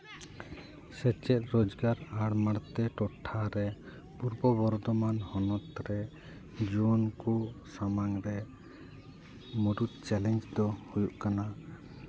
ᱥᱮᱪᱮᱫ ᱨᱳᱡᱽᱜᱟᱨ ᱟᱨ ᱢᱟᱬᱛᱮ ᱴᱚᱴᱷᱟ ᱨᱮ ᱯᱩᱨᱵᱚ ᱵᱚᱨᱫᱷᱚᱢᱟᱱ ᱦᱚᱱᱚᱛ ᱨᱮ ᱡᱩᱣᱟᱹᱱ ᱠᱚ ᱥᱟᱢᱟᱝ ᱨᱮ ᱢᱩᱲᱩᱫ ᱪᱮᱞᱮᱧᱡᱽ ᱫᱚ ᱦᱩᱭᱩᱜ ᱠᱟᱱᱟ